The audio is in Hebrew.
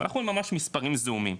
ממש מספרים זעומים.